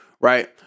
right